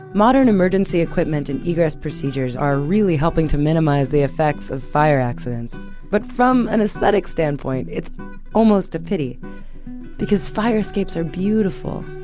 modern emergency equipment in egress procedures are really helping to minimize the effects of fire accidents but from an aesthetic standpoint, it's almost a pity because fire escapes are beautiful.